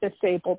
disabled